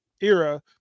era